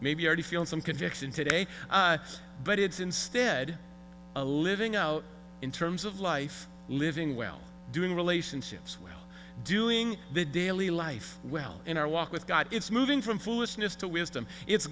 maybe already feeling some conviction today but it's instead a living out in terms of life living well doing relationships while doing the daily life well in our walk with god it's moving from foolishness to wisdom it's